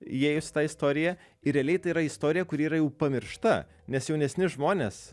įėjus į tą istoriją ir realiai tai yra istorija kuri yra jau pamiršta nes jaunesni žmonės